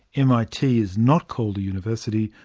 mit is not called a university,